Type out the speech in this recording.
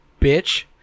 bitch